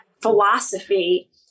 philosophy